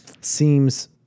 seems